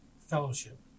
Fellowship